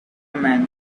man